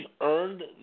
earned